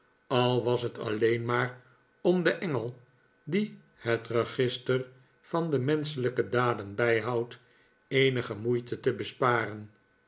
al was het alleen maar om den engel die het register van de menschelijke daden bijhoudt eenige moeite te besparen